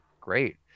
great